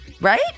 right